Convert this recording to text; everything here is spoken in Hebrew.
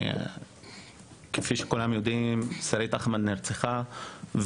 כפי שכולם יודעים, שרית אחמד נרצחה.